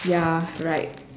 ya right